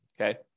okay